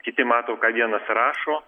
kiti mato ką vienas rašo